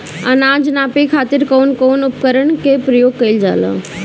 अनाज नापे खातीर कउन कउन उपकरण के प्रयोग कइल जाला?